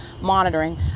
monitoring